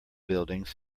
buildings